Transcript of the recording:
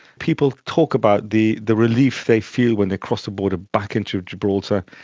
people talk about the the relief they feel when they cross the border back into gibraltar,